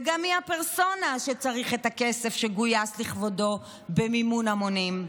וגם מי הפרסונה שצריך את הכסף שגויס לכבודו במימון המונים.